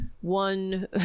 one